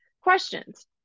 Questions